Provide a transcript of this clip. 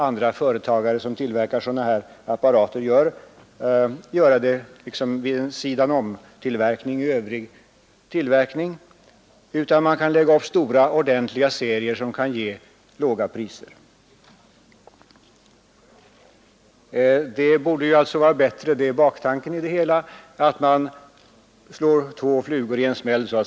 Andra företag som framställer sådana här apparater tillverkar dem vid sidan om övrig produktion och i små serier, men här skulle man lägga upp stora serier som kan ge låga priser. Baktanken i det hela är att man så att säga slår två flugor i en smäll.